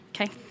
okay